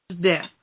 death